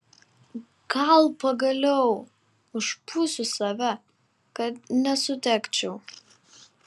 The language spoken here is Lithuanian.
gal pagaliau užpūsiu save kad nesudegčiau